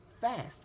fast